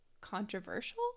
controversial